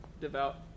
devout